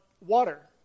water